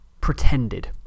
pretended